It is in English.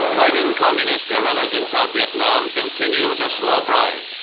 fighting communist guerrillas in south vietnam continues a slow grind.